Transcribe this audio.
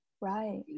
Right